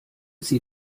sie